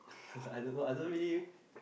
I don't know I don't really